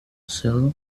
celo